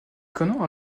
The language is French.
conan